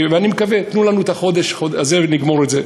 ואני מקווה, תנו לנו את החודש הזה, ונגמור את זה.